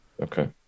Okay